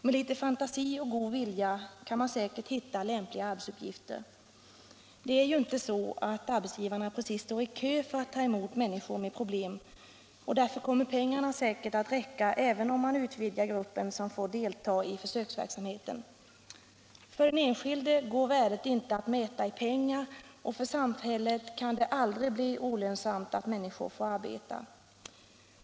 Med litet fantasi och god vilja kan man säkert hitta lämpliga arbetsuppgifter för dem. Det är ju inte så, att arbetsgivarna precis står i kö för att ta emot människor med problem, och därför kommer pengarna säkert att räcka till, även om man utvidgar den grupp som får delta i försöksverksamheten. För den enskilde går värdet inte att mäta i pengar och för samhället kan det aldrig bli olönsamt att människor får arbeta.